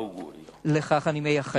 לכך אני מייחל.